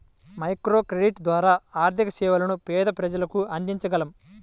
microcredit ద్వారా ఆర్థిక సేవలను పేద ప్రజలకు అందించగలం